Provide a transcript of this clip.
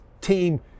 team